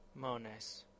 Mones